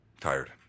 Tired